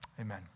Amen